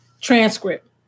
transcript